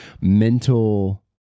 mental